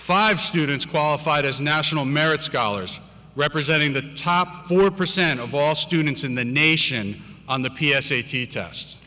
five students qualified as national merit scholars representing the top four percent of all students in the nation on the p s a t test